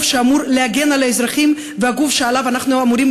שאמור להגן על האזרחים והגוף שעליו אנחנו אמורים